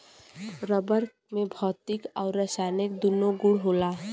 rubber में भौतिक आउर रासायनिक दून्नो गुण होला